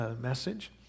message